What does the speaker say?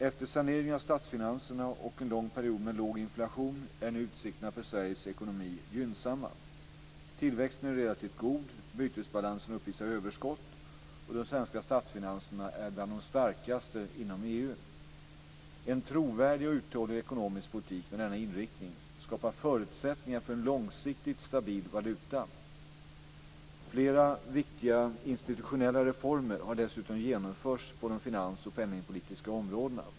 Efter saneringen av statsfinanserna och en lång period med låg inflation är nu utsikterna för Sveriges ekonomi gynnsamma. Tillväxten är relativt god. Bytesbalansen uppvisar överskott, och de svenska statsfinanserna är bland de starkaste inom EU. En trovärdig och uthållig ekonomisk politik med denna inriktning skapar förutsättningar för en långsiktigt stabil valuta. Flera viktiga institutionella reformer har dessutom genomförts på de finans och penningpolitiska områdena.